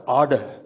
order